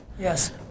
Yes